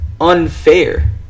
unfair